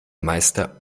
meister